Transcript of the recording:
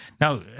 Now